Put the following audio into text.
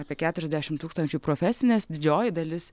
apie keturiasdešimt tūkstančių į profesines didžioji dalis